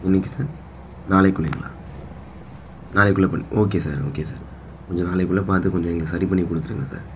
என்னைக்கு சார் நாளைக்கிக்குள்ளைங்களா நாளைக்குள்ளே பண் ஓகே சார் ஓகே சார் கொஞ்சம் நாளைக்குள்ளே பார்த்து கொஞ்சம் எங்களுக்கு சரி பண்ணி கொடுத்துருங்க சார்